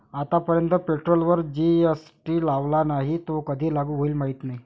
आतापर्यंत पेट्रोलवर जी.एस.टी लावला नाही, तो कधी लागू होईल माहीत नाही